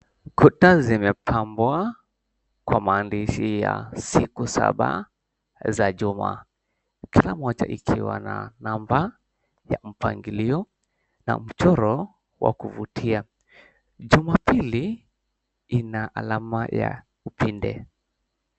Kuta zimepambwa kwa maandishi ya siku saba za juma. Kila moja ikiwa na namba ya mpangilio na mchoro wa kuvutia. Jumapili ina alama ya upinde.